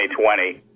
2020